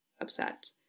upset